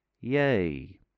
Yay